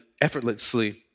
effortlessly